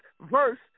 verse